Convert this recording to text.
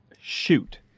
Shoot